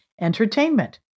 entertainment